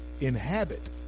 inhabit